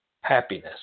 happiness